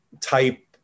type